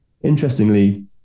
interestingly